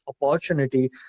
opportunity